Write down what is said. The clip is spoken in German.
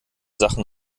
sachen